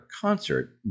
concert